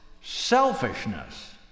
selfishness